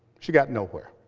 she got nowhere.